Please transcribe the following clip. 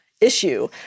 issue